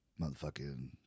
motherfucking